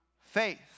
faith